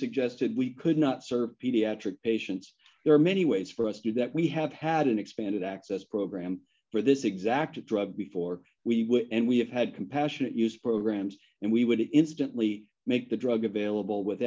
suggested we could not serve pediatric patients there are many ways for us to that we have had an expanded access program for this exact drug before we and we have had compassionate use programs and we would instantly make the drug available with